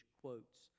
quotes